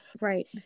right